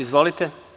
Izvolite.